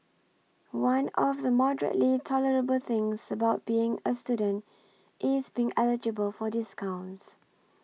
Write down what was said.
one of the moderately tolerable things about being a student is being eligible for discounts